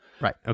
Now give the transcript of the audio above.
right